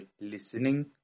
listening